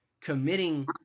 committing